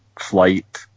flight